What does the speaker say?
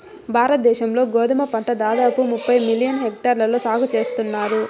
భారత దేశం లో గోధుమ పంట దాదాపు ముప్పై మిలియన్ హెక్టార్లలో సాగు చేస్తన్నారు